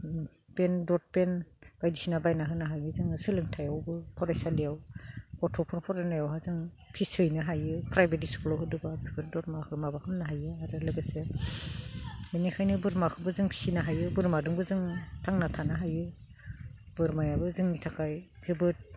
PAN दतपेन बायदिसिना बायना होनो हायो जोङो सोलोंथायावबो फरायसालियाव गथ'फोर फरायनायावहा जों फिस हैनो हायो प्राइभेट स्कुलाव होदोंबा बेफोर दरमहाखौ माबा खालामनो हायो आरो लोगोसे बेनिखायनो बोरमाखौबो जों फिसिनो हायो बोरमाजोंबो जों थांना थानो हायो बोरमायाबो जोंनि थाखाय जोबोद